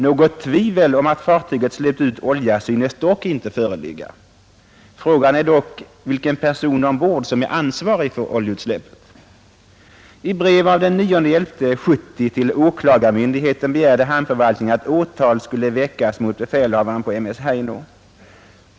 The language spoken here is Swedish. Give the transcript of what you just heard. Något tvivel om att fartyget släppt ut olja synes dock inte föreligga; frågan är dock vilken person ombord som är ansvarig för oljeutsläppet. I brev av den 9.11. 1970 till Åklagarmyndigheten begärde Hamnförvaltningen att åtal skulle väckas mot befälhavaren på m/s Heino.